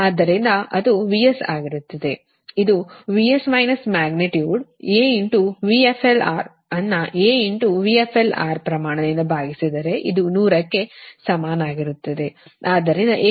ಆದ್ದರಿಂದ ಅದು VS ಆಗಿರುತ್ತದೆ ಇದು VS minus magnitude A VRFL ಅನ್ನು A VRFL ಪ್ರಮಾಣದಿಂದ ಭಾಗಿಸಿದ್ರೆ ಇದು 100 ಕ್ಕೆ ಸಮಾನವಾಗಿರುತ್ತದೆ